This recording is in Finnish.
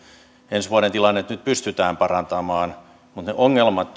ensi vuoden tilannetta nyt pystytään parantamaan mutta ne ongelmat